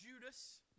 Judas